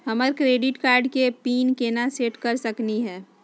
हमर credit card के pin केना सेट कर सकली हे?